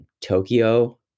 Tokyo